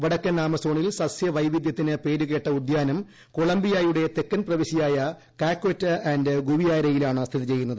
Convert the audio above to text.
വടക്കൻ ആമസോണിൽ സസ്യ വൈവിധ്യത്തിന് പേരുകേട്ട ഉദ്യാനം കൊളംബിയിയുടെ തെക്കൻ പ്രവിശ്യയായ കാക്വറ്റാ ആന്റ് ഗുവിയാരെയിലാണ് സ്ഥിതി ചെയ്യുന്നത്